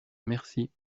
merci